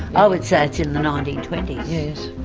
i would say it's in the nineteen twenty